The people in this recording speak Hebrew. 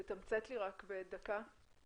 תתמצת לי רק בדקה.